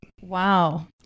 Wow